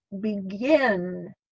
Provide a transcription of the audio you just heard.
begin